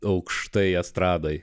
aukštai estradoje